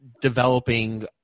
developing